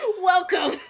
welcome